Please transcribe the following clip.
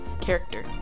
character